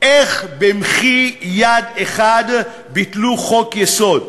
איך במחי יד ביטלו חוק-יסוד?